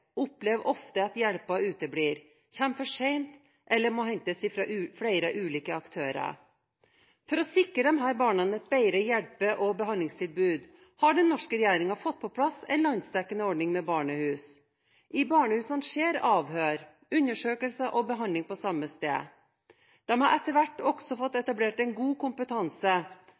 opplever ofte at hjelpen uteblir, kommer for sent eller må hentes fra flere ulike aktører. For å sikre disse barna et bedre hjelpe- og behandlingstilbud har den norske regjeringen fått på plass en landsdekkende ordning med barnehus. I barnehusene skjer avhør, undersøkelser og behandling på samme sted. Det er etter hvert også blitt etablert en god kompetanse